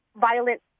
violent